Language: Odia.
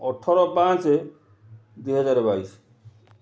ଅଠର ପାଞ୍ଚ ଦୁଇ ହଜାର ବାଇଶ